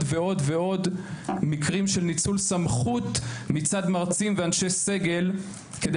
ועוד ועוד מקרים של ניצול סמכות מצד מרצים ואנשי סגל כדי